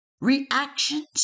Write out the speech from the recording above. reactions